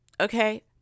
Okay